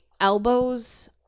elbows